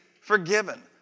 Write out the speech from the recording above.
forgiven